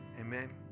Amen